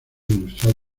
industrial